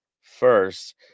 first